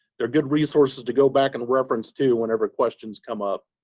are good resources to go back and reference too when ever questions come um